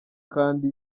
kandi